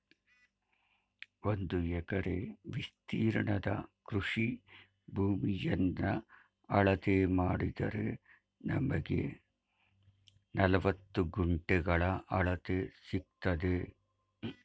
ಒಂದು ಎಕರೆ ವಿಸ್ತೀರ್ಣದ ಕೃಷಿ ಭೂಮಿಯನ್ನ ಅಳತೆ ಮಾಡಿದರೆ ನಮ್ಗೆ ನಲವತ್ತು ಗುಂಟೆಗಳ ಅಳತೆ ಸಿಕ್ತದೆ